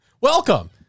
Welcome